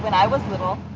and i was little.